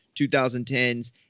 2010s